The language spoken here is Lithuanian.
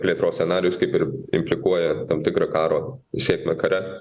plėtros scenarijus kaip ir implikuoja tam tikrą karo sėkmę kare